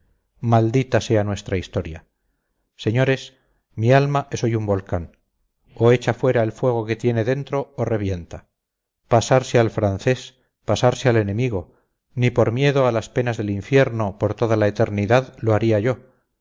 maldita sea nuestra historia señores mi alma es hoy un volcán o echa fuera el fuego que tiene dentro o revienta pasarse al francés pasarse al enemigo ni por miedo a las penas del infierno por toda la eternidad lo haría yo